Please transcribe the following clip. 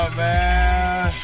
man